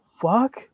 fuck